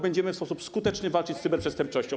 Będziemy w sposób skuteczny walczyć z cyberprzestępczością.